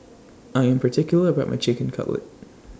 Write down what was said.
I Am particular about My Chicken Cutlet